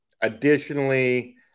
Additionally